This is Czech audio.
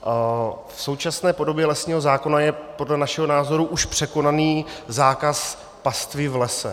V současné podobě lesního zákona je podle našeho názoru už překonaný zákaz pastvy v lese.